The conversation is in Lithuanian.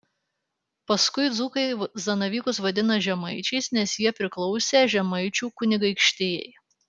paskui dzūkai zanavykus vadina žemaičiais nes jie priklausė žemaičių kunigaikštijai